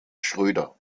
schröder